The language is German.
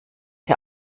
der